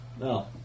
No